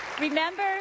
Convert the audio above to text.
remember